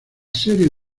serie